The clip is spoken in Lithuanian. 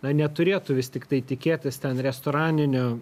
na neturėtų vis tiktai tikėtis ten restoraninio